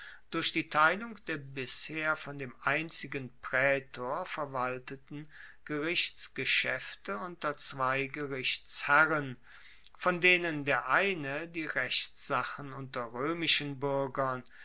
durch die teilung der bisher von dem einzigen praetor verwalteten gerichtsgeschaefte unter zwei gerichtsherren von denen der eine die rechtssachen unter roemischen buergern